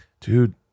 dude